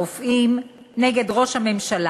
הסתדרות הרופאים, נגד ראש הממשלה,